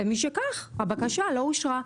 ומשום כך הבקשה לא אושרה,